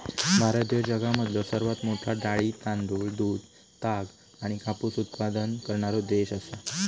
भारत ह्यो जगामधलो सर्वात मोठा डाळी, तांदूळ, दूध, ताग आणि कापूस उत्पादक करणारो देश आसा